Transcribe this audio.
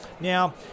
Now